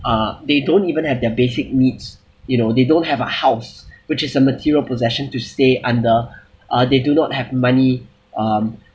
uh they don't even have their basic needs you know they don't have a house which is a material possession to stay under uh they do not have money um